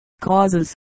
Causes